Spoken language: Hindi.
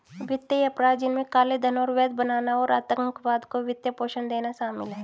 वित्तीय अपराध, जिनमें काले धन को वैध बनाना और आतंकवाद को वित्त पोषण देना शामिल है